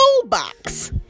toolbox